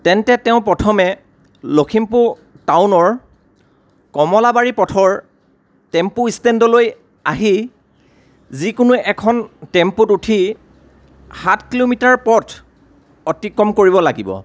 তেন্তে তেওঁ প্ৰথমে লখিমপুৰ টাউনৰ কমলাবাৰী পথৰ টেম্পু ষ্টেণ্ডলৈ আহি যিকোনো এখন টেম্পুত উঠি সাত কিলোমিটাৰ পথ অতিক্ৰম কৰিব লাগিব